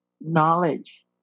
knowledge